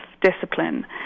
discipline